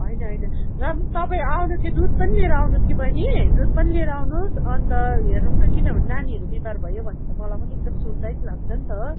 होइन होइन र पनि तपाईँ आउँदा त्यो दुध पनि लिएर आउनुहोस् कि बहिनी दुध पनि लिएर आउनुहोस् अन्त हेरौँ न किनभने नानीहरू बिमार भयो भने त मलाई पनि एकदम सुर्तै लाग्छ नि त